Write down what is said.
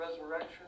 resurrection